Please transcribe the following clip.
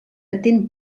atén